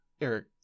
Eric